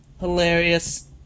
hilarious